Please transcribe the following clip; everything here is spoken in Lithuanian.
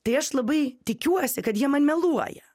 tai aš labai tikiuosi kad jie man meluoja